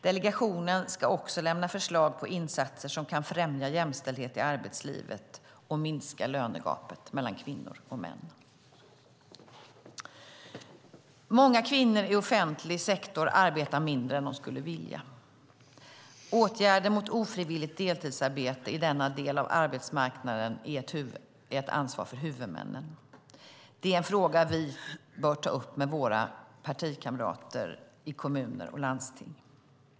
Delegationen ska också lämna förslag på insatser som kan främja jämställdhet i arbetslivet och minska lönegapet mellan kvinnor och män. Många kvinnor i offentlig sektor arbetar mindre än de skulle vilja. Åtgärder mot ofrivilligt deltidsarbete i denna del av arbetsmarknaden är ett ansvar för huvudmännen. Det är en fråga vi bör ta upp med våra partikamrater i kommuner och landsting.